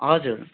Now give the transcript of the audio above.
हजुर